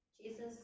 Jesus